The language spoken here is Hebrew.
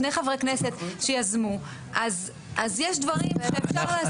שני חברי כנסת שיזמו, אז יש דברים שאפשר להסכים.